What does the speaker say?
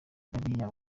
bariya